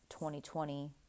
2020